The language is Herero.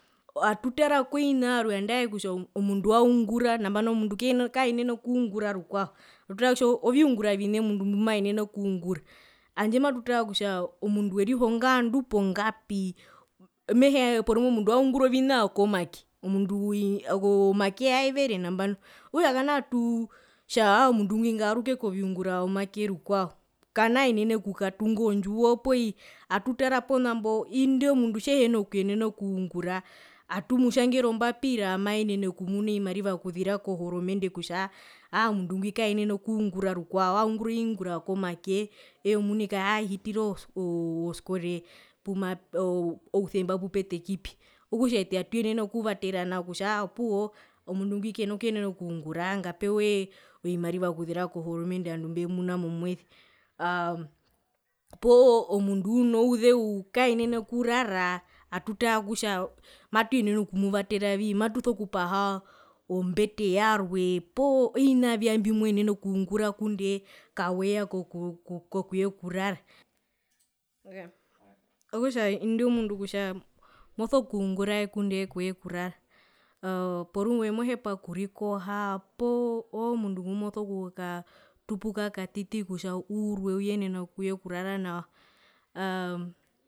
Atutara kovina vyarwe nangae kutja omundu aungura nai kaenene okungura rukwao atutaa kutja oviungura vine omundu mbimaenene okungura handje matutaa kutja omundu werihonga ngandu pongapi mehee porumwe omundu aungura ovina vyo komake omundu omake aevere nambano okutj kana tutja aa omundu ngwi ngaaruke koviungura vyomake rukwao kanaenene okukatunga ondjiwo poo iye atutara ponambo indemundu tjehena okuyenena okungura atumutjangere ombapira maenene okumuna ovimariva okuzira kohoromende kutja aa omundu ngwi kaenene okungura rukwao aungura oviungura vyokomake eye muni kaahitire o oo oskole pumape ousemba pupetekipi okutja ete atuyenene okuvatera nao kutja opuwo omundu ngwi kena kuyenena okungura ngapewe ovimariva okuza kohoromende ovandu mbivemuna momweze aa poo omundu unouzeu kaenene okurara matuyenene okumuvateravi matuso kupaha ombete yarwe poo vina vyae mbimwenene okungura ngundee kaweya oku kokuye kurara okutja indo mundu kutja mosokungurae ngunde kwekurara porumwe mohepa okurikoha poo `oomundu ngumoso kukatupuka katiti kutja uurwe uyenene okuyekurara nawa aaammm.